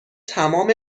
تمام